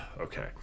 Okay